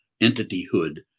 entityhood